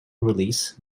release